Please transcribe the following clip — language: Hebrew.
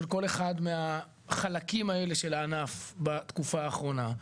כל אחד מהחלקים האלה של הענף בתקופה האחרונה.